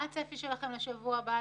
מה הצפי שלכם, בשבוע הבא?